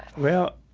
well,